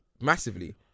massively